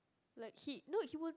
like he no he would